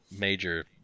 major